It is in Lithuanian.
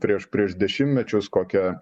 prieš prieš dešimmečius kokią